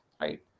right